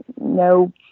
no